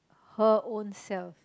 her own self